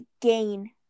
gain